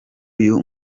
uyu